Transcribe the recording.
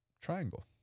Triangle